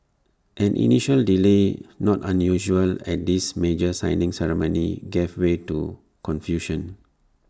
an initial delay not unusual at these major signing ceremonies gave way to confusion